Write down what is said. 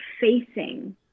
facing